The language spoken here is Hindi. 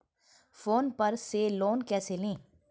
फोन पर से लोन कैसे लें?